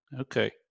Okay